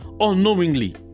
unknowingly